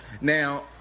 Now